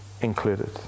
included